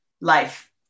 life